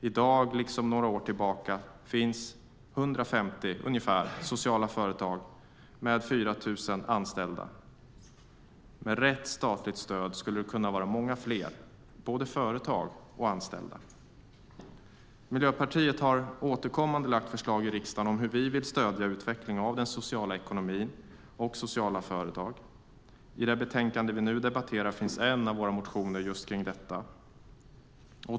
I dag liksom några år tillbaka finns ungefär 150 sociala företag med 4 000 anställda. Med rätt statligt stöd skulle det kunna vara många fler, både företag och anställda. Miljöpartiet har återkommande lagt fram förslag i riksdagen om hur vi vill stödja utvecklingen av den sociala ekonomin och sociala företag. I det betänkande vi nu debatterar finns en av våra motioner om just detta.